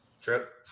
Trip